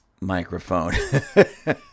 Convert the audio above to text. microphone